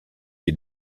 qui